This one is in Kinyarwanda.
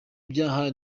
byaha